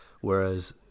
whereas